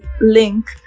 link